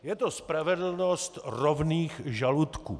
Je to spravedlnost rovných žaludků.